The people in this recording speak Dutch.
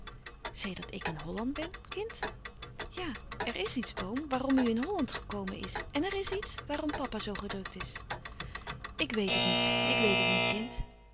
sedert ik in holland ben kind ja er is iets oom waarom u in holland gekomen is en er is iets waarom papa zoo gedrukt is ik weet het niet ik weet het niet kind